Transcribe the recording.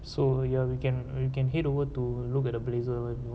so you are you can you can head over to look at the blazer